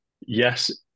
yes